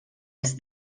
els